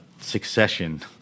succession